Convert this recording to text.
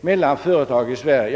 mellan fö retag i Sverige.